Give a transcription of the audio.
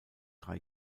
drei